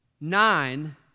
nine